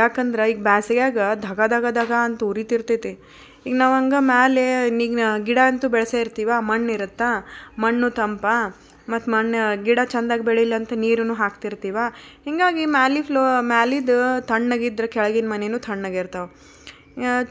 ಯಾಕಂದ್ರೆ ಈಗ ಬ್ಯಾಸಿಗಾಗ ಧಗ ಧಗ ಧಗ ಅಂತ ಉರಿತಿರ್ತೈತೆ ಇನ್ನು ನಾವು ಹಂಗೆ ಮೇಲೆ ನೀನಾ ಗಿಡ ಅಂತೂ ಬೆಳೆಸೇ ಇರ್ತೇವೆ ಮಣ್ಣು ಇರುತ್ತಾ ಮಣ್ಣು ತಂಪಾ ಮತ್ತು ಮಣ್ಣು ಗಿಡ ಚೆಂದಾಗಿ ಬೆಳೆಯಲಂತ ನೀರನ್ನು ಹಾಕ್ತಿರ್ತೀವಿ ಹೀಗಾಗಿ ಮ್ಯಾಲಿದು ಫ್ಲೋ ಮ್ಯಾಲಿದು ತಣ್ಣಗಿದ್ದರೆ ಕೆಳಗಿನ ಮನೆಯೂ ತಣ್ಣಗಿರ್ತಾವೆ